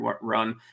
run